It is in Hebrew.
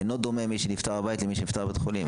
אינו דומה מי שנפטר בבית למי שנפטר בבית חולים,